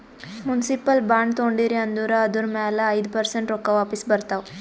municipal bond ತೊಂಡಿರಿ ಅಂದುರ್ ಅದುರ್ ಮ್ಯಾಲ ಐಯ್ದ ಪರ್ಸೆಂಟ್ ರೊಕ್ಕಾ ವಾಪಿಸ್ ಬರ್ತಾವ್